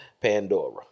Pandora